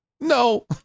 no